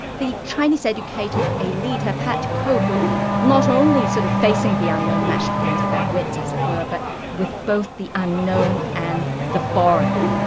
the chinese educated elite have had to cope with not only sort of facing the unknown matched against their wits as it were, but with both the unknown and the foreign.